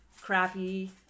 crappy